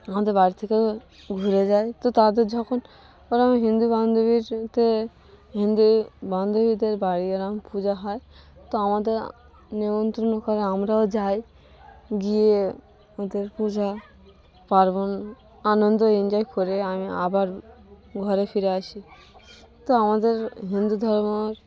আমাদের বাড়ি থেকেও ঘুরে যাই তো তাদের যখন ওরা হিন্দু বান্ধবীতে হিন্দু বান্ধবীদের বাড়ি এরকম পূজা হয় তো আমাদের নিমন্ত্রণ করে আমরাও যাই গিয়ে ওদের পূজা পার্বণ আনন্দ এনজয় করে আমি আবার ঘরে ফিরে আসি তো আমাদের হিন্দু ধর্ম